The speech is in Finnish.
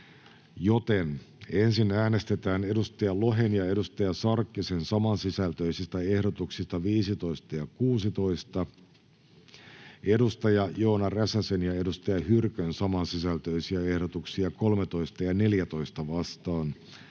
joten ensin äänestetään Markus Lohen ja Hanna Sarkkisen samansisältöisistä ehdotuksista 15 ja 16 Joona Räsäsen ja Saara Hyrkön samansisältöisiä ehdotuksia 13 ja 14 vastaan